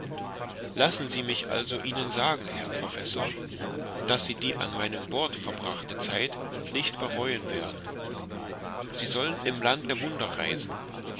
lassen sie mich also ihnen sagen herr professor daß sie die an meinem bord verbrachte zeit nicht bereuen werden sie sollen im land der wunder reisen